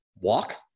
walk